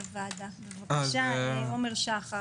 בבקשה, עומר שחר.